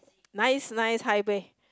nice nice highway